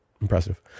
impressive